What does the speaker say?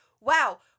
Wow